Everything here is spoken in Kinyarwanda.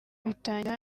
bitangira